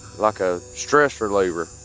like a stress reliever.